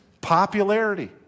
popularity